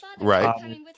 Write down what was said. Right